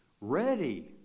ready